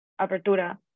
Apertura